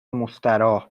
مستراح